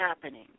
happening